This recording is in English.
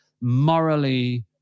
morally